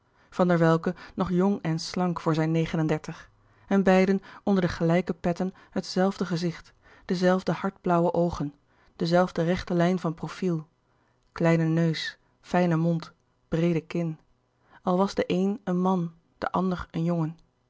van der welcke nog jong en slank voor zijne negen en dertig en beiden onder de gelijke petten het zelfde gezicht de zelfde hardblauwe louis couperus de boeken der kleine zielen oogen de zelfde rechte lijn van profiel kleine neus fijne mond breede kin al was de een een man de ander een jongen